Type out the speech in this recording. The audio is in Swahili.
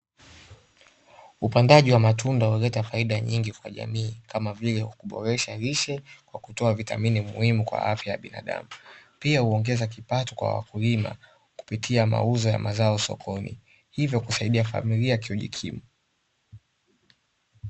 Upandaji wa matunda umeleta faida nyingi kwa jamii, kama vile kuboresha lishe kwa kutoa vitamini muhimu kwa afya ya binadamu, pia huongeza kipato kwa wakulima kupitia mauzo ya mazao sokoni hivyo kusaidia familia kujikimu.